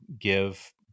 give